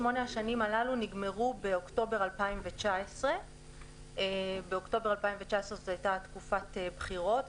שמונה השנים הללו נגמרו באוקטובר 2019. אוקטובר 2019 הייתה תקופת בחירות,